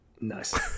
Nice